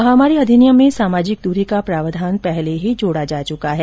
महामारी अधिनियम में सामाजिक दूरी का प्रावधान पहले ही जोड़ा जा चुका है